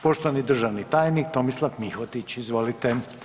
Poštovani državni tajnik Tomislav Mihotić izvolite.